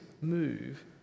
move